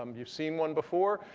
um you've seen one before.